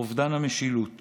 לאובדן המשילות